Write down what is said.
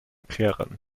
klirren